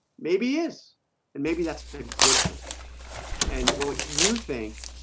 maybe is and maybe that's the good thing and what you think